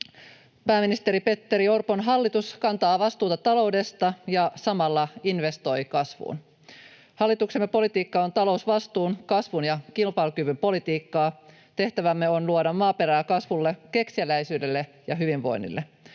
Pääministeri Petteri Orpon hallitus kantaa vastuuta taloudesta ja samalla investoi kasvuun. Hallituksemme politiikka on talousvastuun, kasvun ja kilpailukyvyn politiikkaa. Tehtävämme on luoda maaperää kasvulle, kekseliäisyydelle ja hyvinvoinnille.